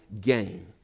gain